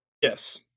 Yes